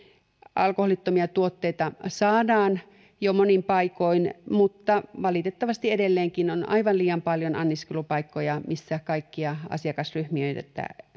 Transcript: alkoholittomia tuotteita saadaan jo monin paikoin mutta valitettavasti edelleenkin on aivan liian paljon anniskelupaikkoja missä kaikkia asiakasryhmiä